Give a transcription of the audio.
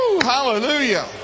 Hallelujah